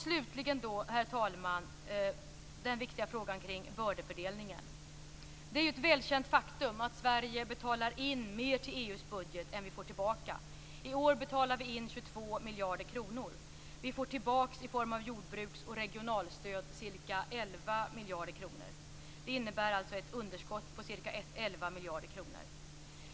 Slutligen, herr talman, vill jag ta upp den viktiga frågan om bördefördelningen. Det är ett välkänt faktum att Sverige betalar in mer till EU:s budget än vad vi får tillbaka. I år betalar vi in 22 miljarder kronor. Vi får tillbaka i form av jordbruks och regionalstöd ca 11 miljarder kronor. Det innebär alltså ett underskott på ca 11 miljarder kronor.